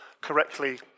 correctly